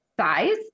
size